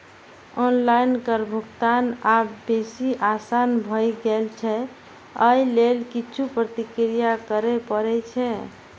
online कर भुगतान आब बेसी आसान भए गेल छै, अय लेल किछु प्रक्रिया करय पड़ै छै